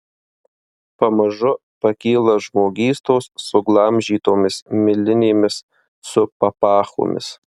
pamažu pakyla žmogystos suglamžytomis milinėmis su papachomis